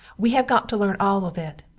we have got to lern all of it,